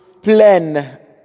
plan